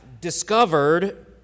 discovered